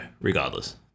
regardless